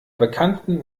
bekannten